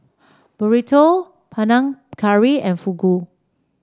Burrito Panang Curry and Fugu